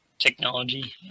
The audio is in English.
technology